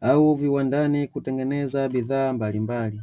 au viwandani kutengeneza bidhaa mbalimbali.